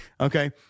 Okay